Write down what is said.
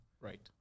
Right